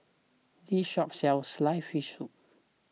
this shop sells Sliced Fish Soup